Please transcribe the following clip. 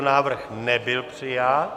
Návrh nebyl přijat.